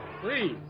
Please